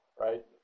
right